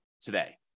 today